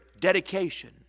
dedication